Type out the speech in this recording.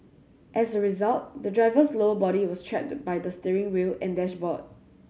as a result the driver's lower body was trapped by the steering wheel and dashboard